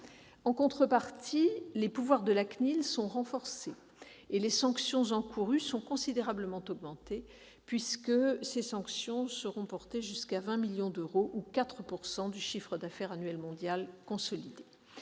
En contrepartie, les pouvoirs de la CNIL sont renforcés et les sanctions encourues sont considérablement augmentées, jusqu'à 20 millions d'euros ou 4 % du chiffre d'affaires annuel mondial consolidé.